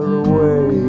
away